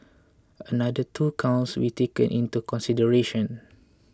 another two counts retaken into consideration